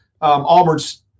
Auburn's